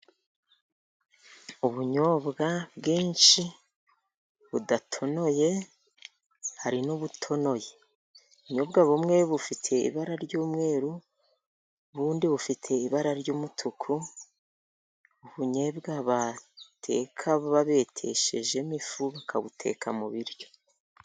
Ubunyobwa bwinshi budatonoye, hari n'ubutonoye. Ubunyobwa bumwe bufite ibara ry'umweru, ubundi bufite ibara ry'umutuku. Ubunyebwa bateka ba beteshejemo ifu bakabuteka mu biryo.